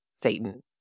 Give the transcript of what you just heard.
Satan